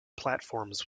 platforms